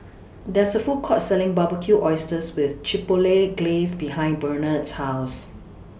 There IS A Food Court Selling Barbecued Oysters with Chipotle Glaze behind Bernhard's House